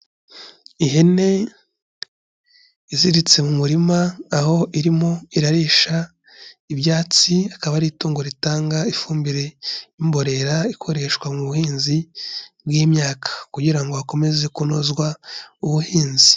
Ihene iziritse mu murima, aho irimo irarisha ibyatsi, akaba ari itungo ritanga ifumbire y'imborera ikoreshwa mu buhinzi bw'imyaka kugira ngo hakomeze kunozwa ubuhinzi.